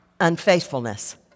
unfaithfulness